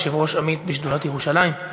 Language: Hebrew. יושב-ראש עמית בשדולת ירושלים,